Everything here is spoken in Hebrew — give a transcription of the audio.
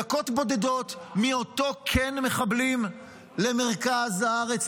דקות בודדות מאותו קן מחבלים למרכז הארץ,